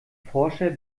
forscher